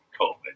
COVID